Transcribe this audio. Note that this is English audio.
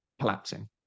collapsing